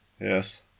Yes